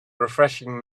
refreshing